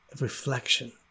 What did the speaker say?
Reflection